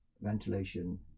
ventilation